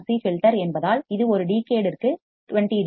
C filter என்பதால் இது ஒரு டிகேட்ற்கு 20 டி